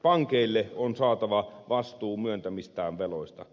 pankeille on saatava vastuu myöntämistään veloista